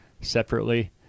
separately